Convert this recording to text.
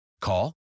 Call